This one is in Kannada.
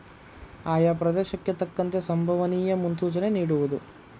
ಆಯಾ ಪ್ರದೇಶಕ್ಕೆ ತಕ್ಕಂತೆ ಸಂಬವನಿಯ ಮುನ್ಸೂಚನೆ ನಿಡುವುದು